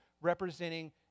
representing